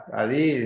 ali